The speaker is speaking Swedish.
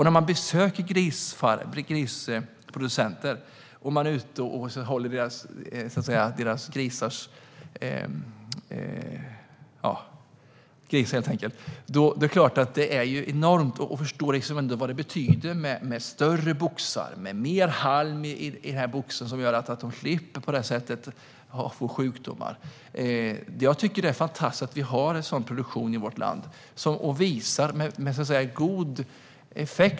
När man besöker grisproducenter och är ute och håller i deras grisar är det klart att det är något enormt. Då förstår man vad det betyder med större boxar och med mer halm i boxen som gör att de slipper få den här typen av sjukdomar. Jag tycker att det är fantastiskt att vi har sådan produktion i vårt land.